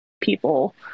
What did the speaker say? people